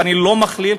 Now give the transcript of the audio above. ואני לא מכליל,